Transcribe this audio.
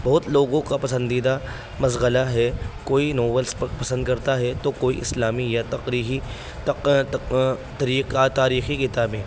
بہت لوگوں کا پسندیدہ مشغلہ ہے کوئی ناولس پا پسند کرتا ہے تو کوئی اسلامی یا تقریحی تک تک طریقہ تاریخی کتابیں